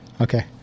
okay